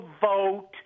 vote